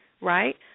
right